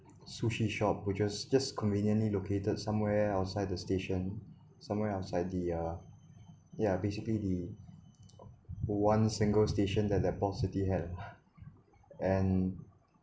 sushi shop which is just conveniently located somewhere outside the station somewhere outside the uh basically the one single station that the port city had and